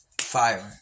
firing